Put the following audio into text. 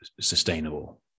sustainable